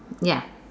ya